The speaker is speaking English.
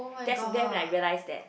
that's then I realise that